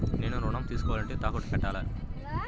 నేను ఋణం తీసుకోవాలంటే తాకట్టు పెట్టాలా?